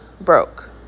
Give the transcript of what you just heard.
broke